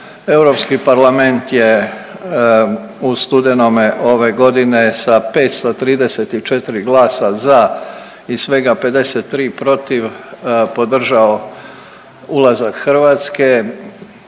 Europski parlament je u studenome ove godine sa 534 glasa za i svega 53 protiv podržao ulazak Hrvatske